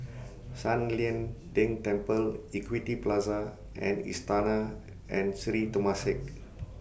San Lian Deng Temple Equity Plaza and Istana and Sri Temasek